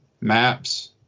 Maps